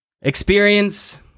Experience